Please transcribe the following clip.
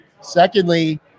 Secondly